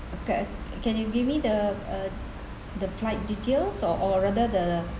uh can can you give me the uh the flight details or or rather the